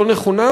לא נכונה,